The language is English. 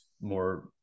more